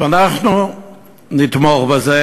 ואנחנו נתמוך בזה?